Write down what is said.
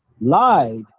lied